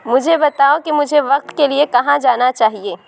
مجھے بتاؤ کہ مجھے وقت کے لئے کہاں جانا چاہئے